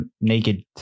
naked